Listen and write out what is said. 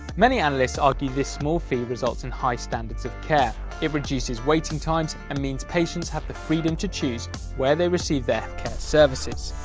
many analysts argue this small fee results in high standards of care. it reduces waiting times and means patients have the freedom to choose where they receive their health care services.